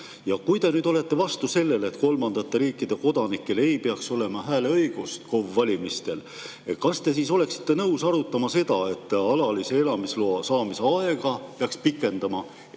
Kui te olete vastu sellele, et kolmandate riikide kodanikel ei peaks olema hääleõigust KOV‑valimistel, kas te siis oleksite nõus arutama seda, et alalise elamisloa saamisele eelnevat aega peaks pikendama